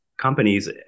companies